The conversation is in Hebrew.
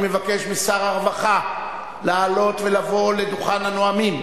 אני מבקש משר הרווחה לעלות ולבוא לדוכן הנואמים